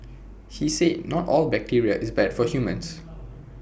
he said not all bacteria is bad for humans